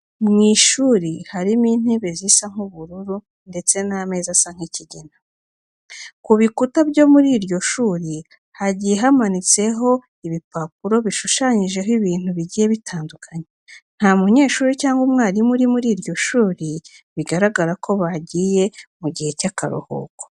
Mu ishuri harimo intebe zisa nk'ubururu ndetse n'ameza asa nk'ikigina. Ku bikuta byo muri iryo shuri hagiye hamanitseho ibipapuro bishushanyijeho ibintu bigiye bitandukanye. Nta munyeshuri cyangwa umwarimu uri muri iryo shuri, bigaragara ko bagiye mu gihe cy'akaruhuko.